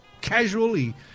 Casually